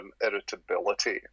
irritability